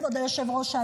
כבוד היושב-ראש,